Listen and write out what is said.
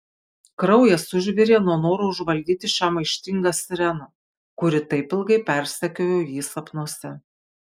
kraujas užvirė nuo noro užvaldyti šią maištingą sireną kuri taip ilgai persekiojo jį sapnuose